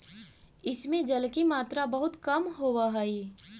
इस में जल की मात्रा बहुत कम होवअ हई